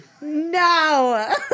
No